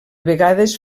vegades